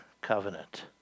covenant